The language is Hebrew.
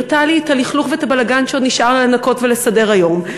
והיא הראתה לי את הלכלוך ואת הבלגן שעוד נשאר לה לנקות ולסדר היום.